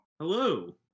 hello